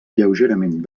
lleugerament